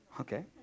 Okay